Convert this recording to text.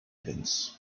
events